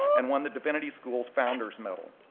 and won the divinity schools' founders medal.